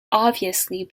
obviously